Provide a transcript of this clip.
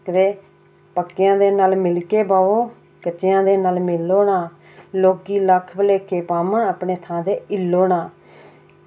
ते पक्केआं दे नाल मिलके ब'वो कच्चेआं दे नाल मिलो ना लोकी लक्ख भलेखे पाबन अपनी थांऽ तो हिल्लो ना